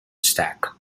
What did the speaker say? stack